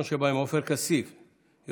אנחנו צריכים את אישור המליאה מתוקף הנושא של